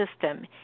system